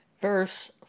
verse